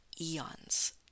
eons